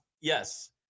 yes